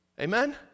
Amen